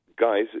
guys